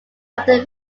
after